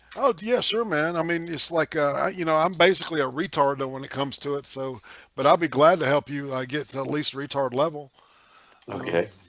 oh yes, sir, man i mean it's like ah you know i'm basically a retard know when it comes to it, so but i'll be glad to help you i get the least retard level okay,